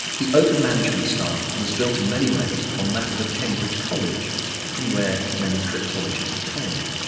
the open management style was built in many ways on that of a cambridge college from where many cryptologists came.